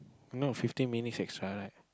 not fifteen minutes extra right